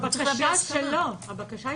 הבקשה היא שלא.